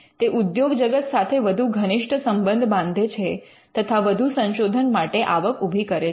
તે ઉદ્યોગ જગત સાથે વધુ ઘનિષ્ઠ સંબંધ બાંધે છે તથા વધુ સંશોધન માટે આવક ઊભી કરે છે